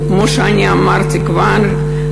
וכמו שאני אמרתי כבר,